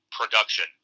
production